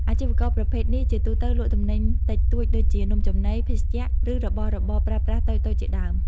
អាជីវករប្រភេទនេះជាទូទៅលក់ទំនិញតិចតួចដូចជា នំចំណី ភេសជ្ជៈ ឬរបស់របរប្រើប្រាស់តូចៗជាដើម។